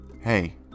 Hey